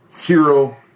hero